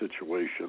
situation